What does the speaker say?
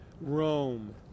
Rome